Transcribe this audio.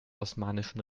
osmanischen